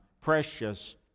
precious